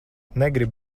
negribu